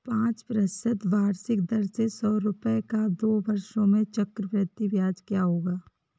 पाँच प्रतिशत वार्षिक दर से सौ रुपये का दो वर्षों में चक्रवृद्धि ब्याज क्या होगा?